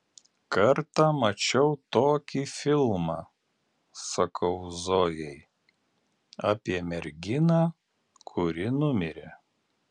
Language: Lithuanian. kartą mačiau tokį filmą sakau zojai apie merginą kuri numirė